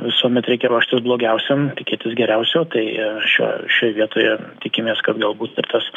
visuomet reikia ruoštis blogiausiam tikėtis geriausio tai šiuo šioj vietoje tikimės kad galbūt ir tas